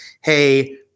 hey